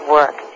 work